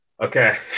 Okay